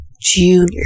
Junior